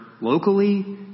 locally